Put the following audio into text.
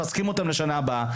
מחזקים אותם לשנה הבאה,